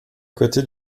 côté